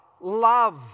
love